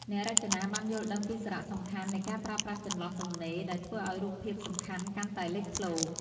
អ្នករចនាបានយល់ដឹងពីសារៈសំខាន់នៃការប្រើប្រាស់ចន្លោះទំនេរ ដែលធ្វើឲ្យរូបភាពសំខាន់កាន់តែលេចធ្លោ។